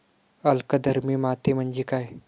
अल्कधर्मी माती म्हणजे काय?